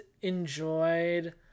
enjoyed